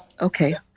Okay